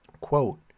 Quote